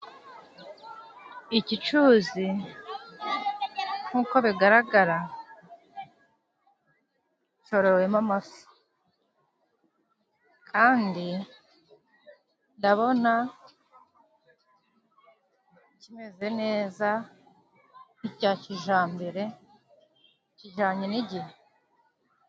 Iki cuzi nku'ko bigaragara, corowe mo amafi. Kandi ndabona kimeze neza, ni icya kijambere, kijanye n'igihe.